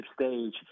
stage